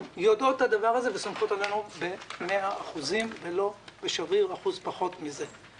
יודעות את הדבר הזה וסומכות עלינו במאה אחוז ולא בשבריר אחוז פחות מזה.